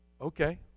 Okay